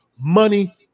Money